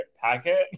packet